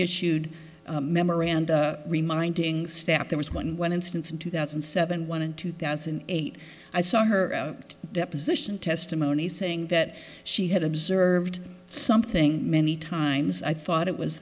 issued a memorandum reminding staff there was one one instance in two thousand and seven one in two thousand and eight i saw her deposition testimony saying that she had observed something many times i thought it was